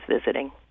visiting